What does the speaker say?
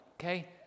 Okay